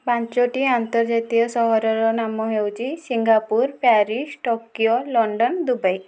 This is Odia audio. ପାଞ୍ଚଟି ଆନ୍ତର୍ଜାତୀୟ ସହରର ନାମ ହେଉଛି Singapore Paris Tokyo London Dubai